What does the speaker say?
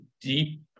deep